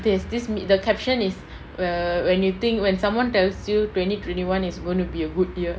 there's this the caption is err when do you think when someone tells you twenty twenty one is going to be a good year